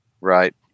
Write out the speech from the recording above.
Right